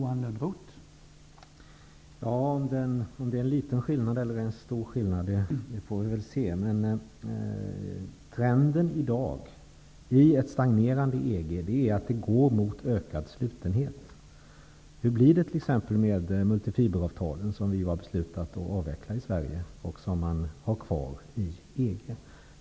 Herr talman! Om skillnaden i fråga om synsätt är liten eller stor återstår att se. Trenden i dag i ett stagnerande EG är i alla fall att utvecklingen går mot en ökad slutenhet. Hur blir det t.ex. med multifiberavtalet? Vi i Sverige har ju beslutat att avveckla det, men i EG har man det kvar.